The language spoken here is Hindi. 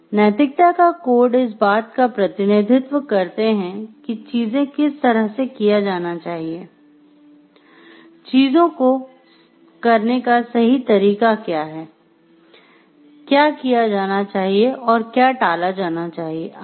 नैतिकता का कोड इस बात का प्रतिनिधित्व करते हैं कि चीजें किस तरह से किया जाना चाहिए चीजों को करने का सही तरीका क्या है क्या किया जाना चाहिए और क्या टाला जाना चाहिए आदि